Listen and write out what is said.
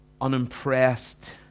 unimpressed